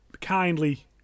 kindly